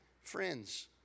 friends